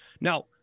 Now